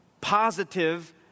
positive